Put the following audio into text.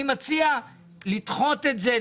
אני מציע לדחות את זה,